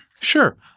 Sure